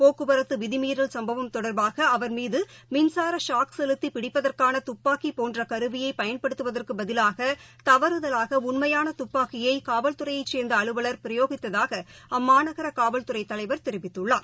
போக்குவரத்துவிதிமீறில் சம்பவம் தொடர்பாகஅவர் மீதமின்சாரஷாக் செலுத்திபிடிப்பதற்கானதுப்பாக்கிபோன்றகருவியைபயன்படுத்தவதற்குப் பதிலாக சே்ந்தஅறுவல் தவறுதலாகஉண்மையானதுப்பாக்கியைகாவல்துறையைச் பிரயோகித்ததாகஅம்மாநகரகாவல்துறைதலைவர் தெரிவித்துள்ளார்